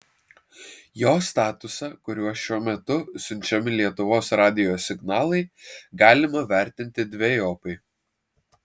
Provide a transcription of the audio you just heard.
jo statusą kuriuo šiuo metu siunčiami lietuvos radijo signalai galima vertinti dvejopai